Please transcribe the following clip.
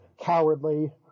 cowardly